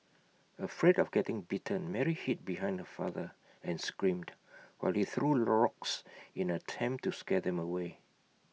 afraid of getting bitten Mary hid behind her father and screamed while he threw rocks in an attempt to scare them away